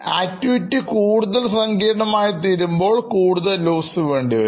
activity കൂടുതൽ സങ്കീർണ്ണമായി തീരുമ്പോൾ കൂടുതൽ Loops വേണ്ടിവരും